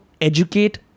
educate